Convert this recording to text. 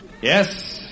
Yes